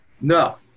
No